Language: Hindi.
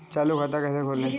चालू खाता कैसे खोलें?